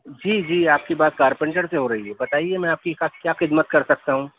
جی جی آپ کی بات کارپینٹر سے ہو رہی ہے بتائیے میں آپ کی کیا خدمت کر سکتا ہوں